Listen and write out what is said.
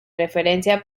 referencia